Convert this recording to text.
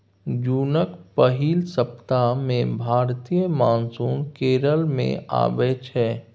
जुनक पहिल सप्ताह मे भारतीय मानसून केरल मे अबै छै